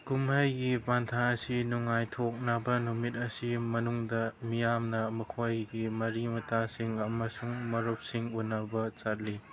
ꯀꯨꯝꯍꯩꯒꯤ ꯄꯟꯊꯥ ꯑꯁꯤ ꯅꯨꯡꯉꯥꯏꯊꯣꯛꯅꯕ ꯅꯨꯃꯤꯠ ꯑꯁꯤꯒꯤ ꯃꯅꯨꯡꯗ ꯃꯤꯌꯥꯝꯅ ꯃꯈꯣꯏꯒꯤ ꯃꯔꯤ ꯃꯇꯥꯁꯤꯡ ꯑꯃꯁꯨꯡ ꯃꯔꯨꯞꯁꯤꯡ ꯎꯅꯕ ꯆꯠꯂꯤ